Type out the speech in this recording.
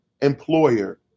employer